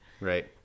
right